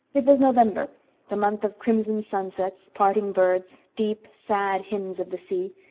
it was november the month of crimson sunsets, parting birds, deep, sad hymns of the sea,